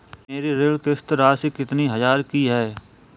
मेरी ऋण किश्त राशि कितनी हजार की है?